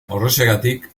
horrexegatik